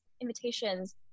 invitations